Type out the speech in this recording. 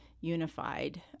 unified